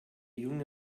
junge